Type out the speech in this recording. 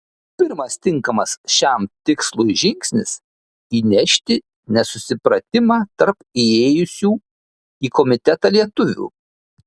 pirmas tinkamas šiam tikslui žingsnis įnešti nesusipratimą tarp įėjusių į komitetą lietuvių